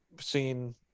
seen